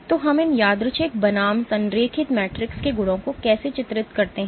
तो हम इन यादृच्छिक बनाम संरेखित मैट्रिक्स के गुणों को कैसे चित्रित करते हैं